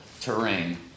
terrain